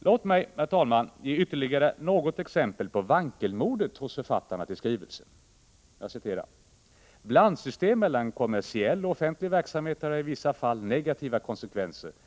Låt mig, herr talman, ge ytterligare något exempel på vankelmodet hos författaren till skrivelsen: ”Blandsystem mellan kommersiell och offentlig verksamhet har i vissa fall negativa konsekvenser.